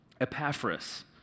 Epaphras